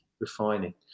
refining